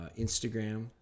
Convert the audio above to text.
Instagram